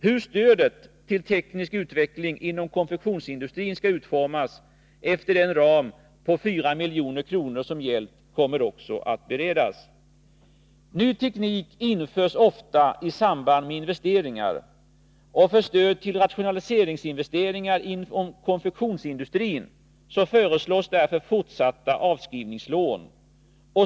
Hur stödet till teknisk utveckling inom konfektionsindustrin skall utformas efter den ram på 4 milj.kr. som gällt kommer också att beredas. Ny teknik införs ofta i samband med investeringar. För stöd till rationaliseringsinvesteringar inom konfektionsindustrin föreslås därför fortsatta avskrivningslån.